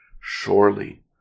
Surely